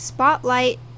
Spotlight